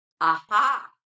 Aha